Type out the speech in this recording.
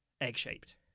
egg-shaped